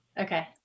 Okay